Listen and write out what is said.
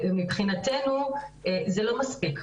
מבחינתנו זה לא מספיק,